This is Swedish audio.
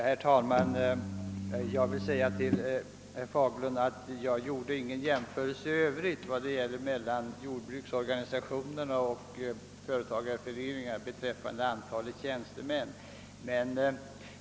Herr talman! Jag vill påpeka för herr Fagerlund att jag inte gjorde någon jämförelse mellan jordbruksorganisationerna och företagareföreningarna beträffande antalet tjänstemän.